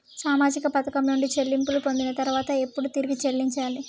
సామాజిక పథకం నుండి చెల్లింపులు పొందిన తర్వాత ఎప్పుడు తిరిగి చెల్లించాలి?